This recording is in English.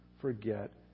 forget